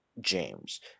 James